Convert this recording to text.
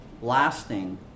lasting